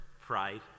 pride